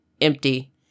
empty